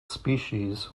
species